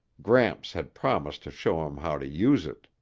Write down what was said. gramps had promised to show him how to use it.